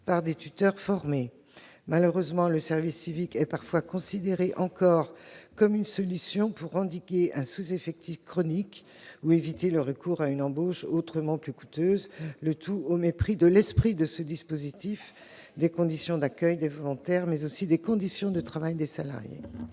par des tuteurs formés. Malheureusement, le service civique est parfois encore considéré comme une solution pour endiguer un sous-effectif chronique ou éviter le recours à une embauche autrement plus coûteuse, le tout au mépris de l'esprit du dispositif, des conditions d'accueil des volontaires, mais aussi des conditions de travail des salariés.